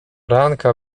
ranka